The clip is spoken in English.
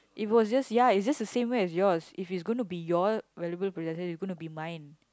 it was just ya it's just the same way as yours if it's gonna be your valuable possession it's gonna be mine